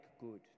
good